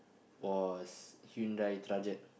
was Hyundai Trajet